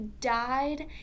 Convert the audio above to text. died